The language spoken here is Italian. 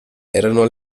erano